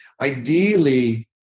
Ideally